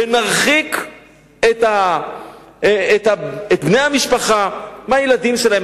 ונרחיק את בני המשפחה מהילדים שלהם.